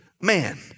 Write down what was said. man